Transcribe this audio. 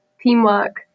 teamwork